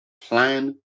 plan